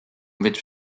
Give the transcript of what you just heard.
which